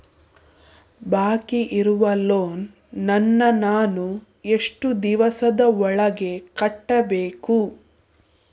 ಬಾಕಿ ಇರುವ ಲೋನ್ ನನ್ನ ನಾನು ಎಷ್ಟು ದಿವಸದ ಒಳಗೆ ಕಟ್ಟಬೇಕು?